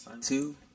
two